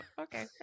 Okay